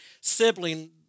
sibling